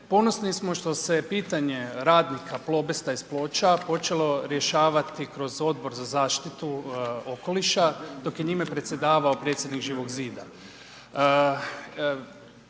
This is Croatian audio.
Ponovni smo što se pitanje radnika Plobesta iz Ploča počelo rješavati kroz Odbor za zaštitu okoliša dok je njime predsjedavao predsjednik Živog zida.